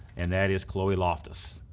and that is chloe loftus.